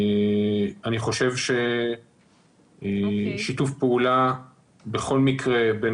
אני חושב ששיתוף פעולה בכל מקרה בין